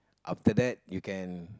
after that you can